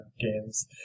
games